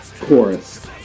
chorus